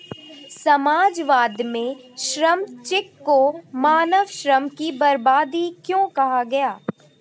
समाजवाद में श्रम चेक को मानव श्रम की बर्बादी क्यों कहा गया?